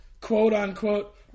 quote-unquote